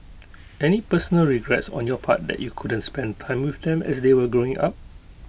any personal regrets on your part that you couldn't spend time with them as they were growing up